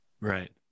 Right